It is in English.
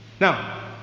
Now